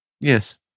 Yes